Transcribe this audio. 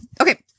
okay